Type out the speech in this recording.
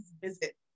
visit